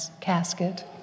casket